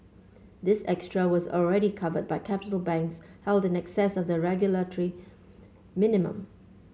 this extra was already covered by capital banks held in excess of the regulatory minimum